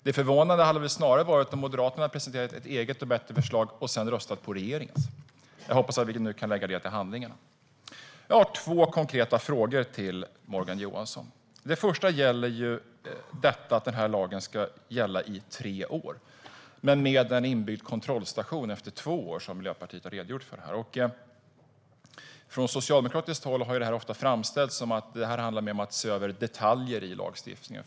Det förvånande hade väl snarare varit om Moderaterna hade presenterat ett eget och bättre förslag och sedan röstat på regeringens? Jag hoppas att vi nu kan lägga detta till handlingarna. Jag har två konkreta frågor till Morgan Johansson. Den första gäller att lagen ska gälla i tre år men med en inbyggd kontrollstation efter två år, som Miljöpartiet har redogjort för här. Från socialdemokratiskt håll har det ofta framställts som om det mer handlar om att se över detaljer i lagstiftningen.